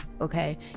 Okay